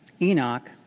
Enoch